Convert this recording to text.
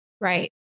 Right